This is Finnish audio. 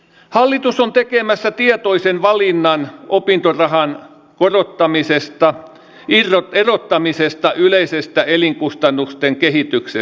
hallitus on tekemässä tietoisen valinnan opintorahan erottamisesta yleisestä elinkustannusten kehityksestä